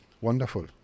Wonderful